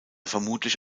vermutlich